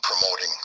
promoting